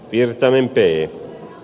virtanen ettei